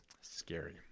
Scary